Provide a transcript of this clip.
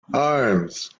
arms